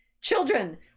Children